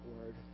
word